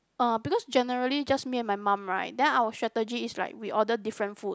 uh because generally just me and my mum right then our strategy is like we order different food